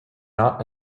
not